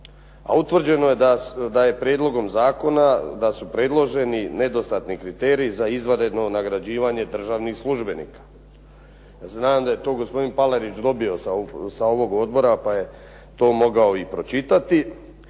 utvrđeno je da je prijedlogom zakona da su predloženi nedostatni kriteriji za izvanredno nagrađivanje državnih službenika. Znam da je to gospodin Palarić dobio sa ovog odbora pa je to mogao i pročitati.